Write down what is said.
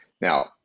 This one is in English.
Now